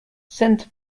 centre